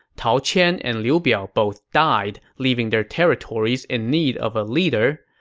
tao qian and liu biao both died, leaving their territories in need of a leader.